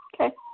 Okay